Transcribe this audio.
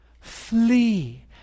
flee